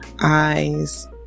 eyes